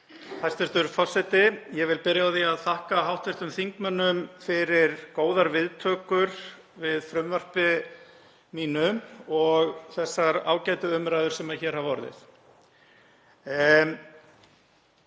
Hæstv. forseti. Ég vil byrja á því að þakka hv. þingmönnum fyrir góðar viðtökur við frumvarpi mínu og þessar ágætu umræður sem hér hafa orðið.